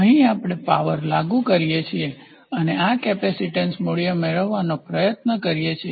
અહીં આપણે પાવર લાગુ કરીએ છીએ અને આ કેપેસિટીન્સ મૂલ્ય મેળવીએ છીએ